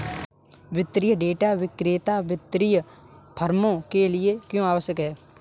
वित्तीय डेटा विक्रेता वित्तीय फर्मों के लिए क्यों आवश्यक है?